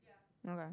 okay